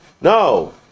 No